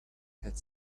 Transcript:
had